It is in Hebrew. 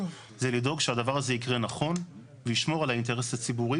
זה לדאוג שהדבר הזה יקרה נכון ולשמור על האינטרס הציבורי,